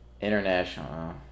international